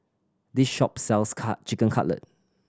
this shop sells Cut Chicken Cutlet